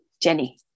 Jenny